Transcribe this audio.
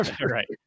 Right